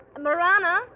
Marana